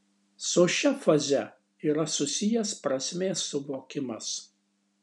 su šia faze yra susijęs prasmės suvokimas